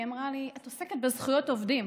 והיא אמרה לי: את עוסקת בזכויות עובדים,